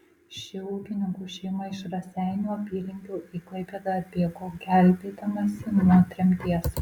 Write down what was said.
ši ūkininkų šeima iš raseinių apylinkių į klaipėdą atbėgo gelbėdamasi nuo tremties